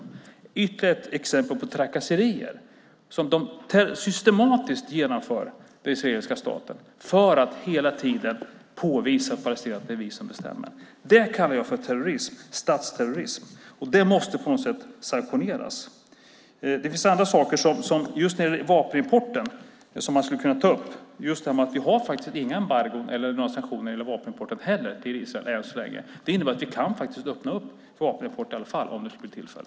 Det är ytterligare ett exempel på trakasserier som den israeliska staten systematiskt genomför för att hela tiden påvisa för palestinierna att det är vi som bestämmer. Det kallar jag för terrorism - statsterrorism. Det måste man på något sätt införa sanktioner mot. Det finns andra saker som man skulle kunna ta upp just när det gäller vapenimporten. Vi har inget embargo och inte några sanktioner mot vapenimporten heller till Israel än så länge. Det innebär att vi kan öppna upp för vapenimport i alla fall, om det skulle bli tillfälle.